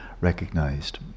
recognized